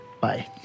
bye